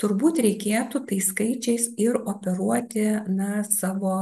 turbūt reikėtų tais skaičiais ir operuoti na savo